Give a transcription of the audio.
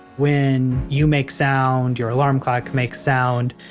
when you make sound. your alarm clock makes sound,